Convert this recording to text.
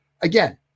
again